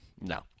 No